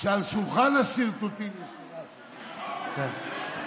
שליד שולחן הסרטוטים, יש לי רעש, אדוני.